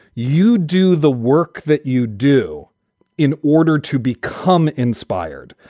you do the work that you do in order to become inspired,